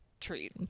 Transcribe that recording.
treat